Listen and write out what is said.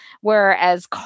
whereas